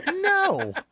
No